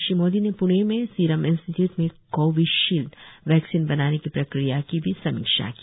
श्री मोदी ने प्णे में serum institute में कोविशील्ड वैक्सीन बनाने की प्रक्रिया की समीक्षा की